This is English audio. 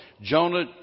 Jonah